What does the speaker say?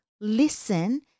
listen